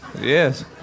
Yes